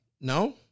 No